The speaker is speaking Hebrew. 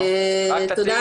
לכולם,